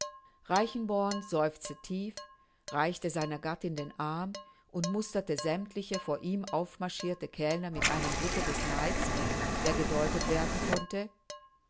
reichenborn seufzte tief reichte seiner gattin den arm und musterte sämmtliche vor ihm aufmarschirte kellner mit einem blicke des neides der gedeutet werden konnte